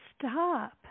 stop